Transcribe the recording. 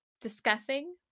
discussing